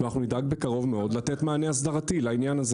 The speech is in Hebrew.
ואנחנו נדאג לתת מענה אסדרתי לעניין הזה